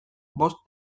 bost